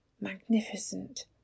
Magnificent